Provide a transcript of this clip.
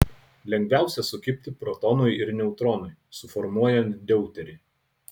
lengviausia sukibti protonui ir neutronui suformuojant deuterį